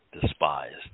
despised